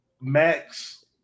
Max